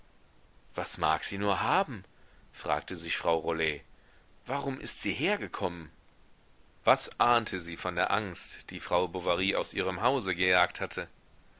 was mag sie nur haben fragte sich frau rollet warum ist sie hergekommen was ahnte sie von der angst die frau bovary aus ihrem hause gejagt hatte